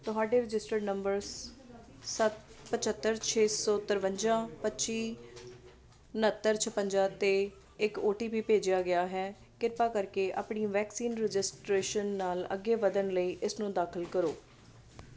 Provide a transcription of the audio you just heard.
ਤੁਹਾਡੇ registered number ਸੱਤ ਪਚੱਤਰ ਛੇ ਸੌ ਤਰਵੰਜਾ ਪੱਚੀ ਉਣਹੱਤਰ ਛਪੰਜਾ 'ਤੇ ਇੱਕ ਓ ਟੀ ਪੀ ਭੇਜਿਆ ਗਿਆ ਹੈ ਕਿਰਪਾ ਕਰਕੇ ਆਪਣੀ ਵੈਕਸੀਨ ਰਜਿਸਟ੍ਰੇਸ਼ਨ ਨਾਲ ਅੱਗੇ ਵਧਣ ਲਈ ਇਸਨੂੰ ਦਾਖਲ ਕਰੋ